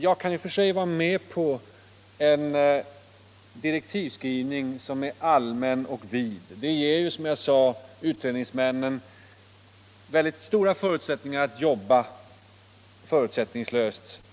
Jag kan i och för sig vara med på en direktivskrivning som är allmän och vid. Det ger, som jag sade, utredningsmännen stora möjligheter att jobba förutsättningslöst.